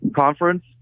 conference